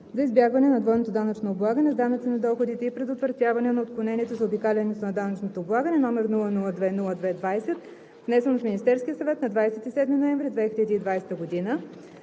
за избягване на двойното данъчно облагане с данъци на доходите и предотвратяване на отклонението и заобикалянето на данъчно облагане, № 002-02-20, внесен от Министерския съвет на 27 ноември 2020 г.